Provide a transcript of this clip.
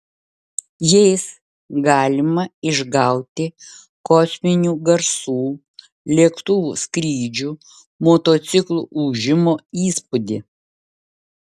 jais galima išgauti kosminių garsų lėktuvų skrydžių motociklų ūžimo įspūdį